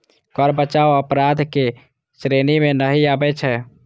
कर बचाव अपराधक श्रेणी मे नहि आबै छै